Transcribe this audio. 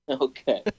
okay